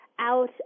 out